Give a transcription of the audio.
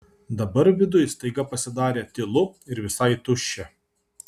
dabar viduj staiga pasidarė tylu ir visai tuščia